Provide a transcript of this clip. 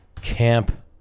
Camp